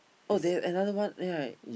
oh they have another one right